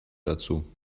dazu